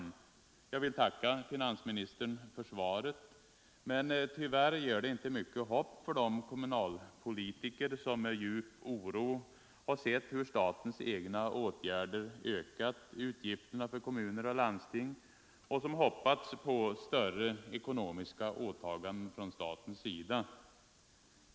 Jag Om lättnader i det vill tacka finansministern för svaret, men tyvärr ger det inte mycket ekonomiska trycket hopp för de kommunalpolitiker som med djup oro sett hur statens egna på kommuner och åtgärder ökat utgifterna för kommuner och landsting och som hoppats = landsting på större ekonomiska åtaganden från statens sida.